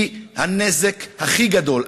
היא הנזק הכי גדול.